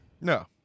No